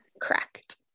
Correct